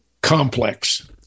complex